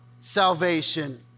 salvation